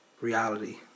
reality